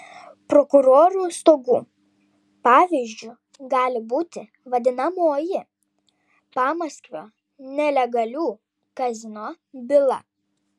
prokurorų stogų pavyzdžiu gali būti vadinamoji pamaskvio nelegalių kazino byla